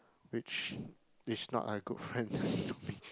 which is not a good friend to me